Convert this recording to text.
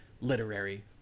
literary